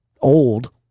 old